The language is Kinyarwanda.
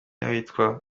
ahitwa